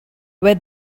where